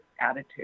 attitude